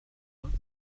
vingt